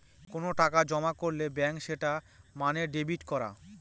কোনো টাকা জমা করলে ব্যাঙ্কে সেটা মানে ডেবিট করা